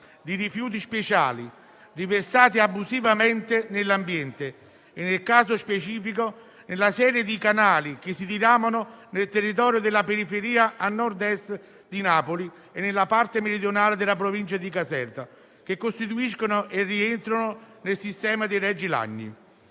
di rifiuti speciali riversati abusivamente nell'ambiente e, nel caso specifico, nella serie di canali che si diramano nel territorio della periferia a Nord-Est di Napoli e nella parte meridionale della provincia di Caserta, che costituiscono e rientrano nel sistema dei Regi Lagni.